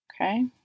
Okay